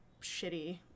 shitty